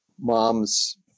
moms